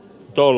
nol